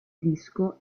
disco